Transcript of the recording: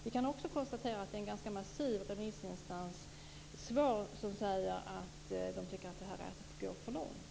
Vi kan också konstatera att det är en ganska massiv mängd svar från remissinstanser som säger att man tycker att det här är att gå för långt.